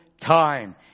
time